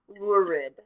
lurid